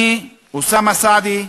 אני, אוסאמה סעדי,